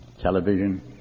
television